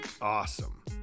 awesome